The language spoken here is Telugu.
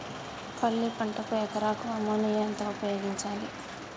పల్లి పంటకు ఎకరాకు అమోనియా ఎంత ఉపయోగించాలి?